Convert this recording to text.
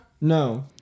No